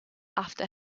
after